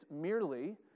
merely